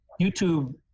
YouTube